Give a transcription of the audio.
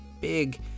big